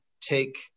take